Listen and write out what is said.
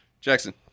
Jackson